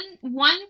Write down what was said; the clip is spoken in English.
one